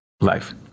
life